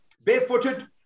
barefooted